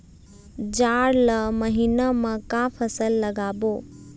जाड़ ला महीना म का फसल लगाबो?